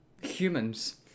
Humans